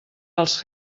als